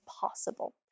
possible